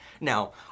Now